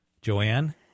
Joanne